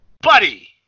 Buddy